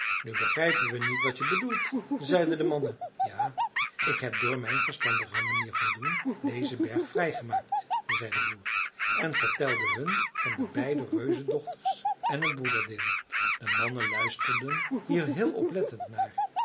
nu begrijpen we niet wat je bedoelt zeiden de mannen ja ik heb door mijn verstandige manier van doen dezen berg vrij gemaakt zei de boer en vertelde hun van de beide reuzendochters en het broederdeel de mannen luisterden hier heel oplettend naar